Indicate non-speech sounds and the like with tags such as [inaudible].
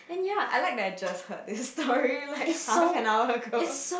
I like that I just heard this story [laughs] like half an hour ago